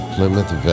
Plymouth